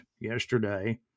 yesterday